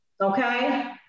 okay